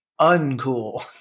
uncool